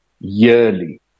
yearly